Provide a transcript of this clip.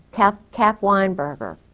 cap cap weinberger.